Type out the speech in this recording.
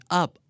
up